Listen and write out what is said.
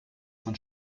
von